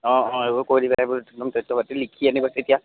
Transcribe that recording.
অঁ অঁ এইবোৰ কৈ দিব লাগিব একদম তথ্য পাতি লিখি আনিবা তেতিয়া